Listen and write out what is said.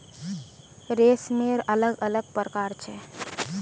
रेशमेर अलग अलग प्रकार छ